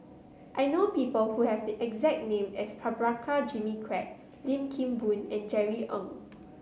I know people who have the exact name as Prabhakara Jimmy Quek Lim Kim Boon and Jerry Ng